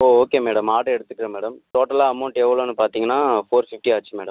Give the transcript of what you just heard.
ஓ okay madam order எடுத்துக்குறேன் madam டோட்டலாக amount எவ்வளோன்னு பார்த்தீங்கனா ஃபோர் ஃபிஃப்டி ஆச்சு மேடம்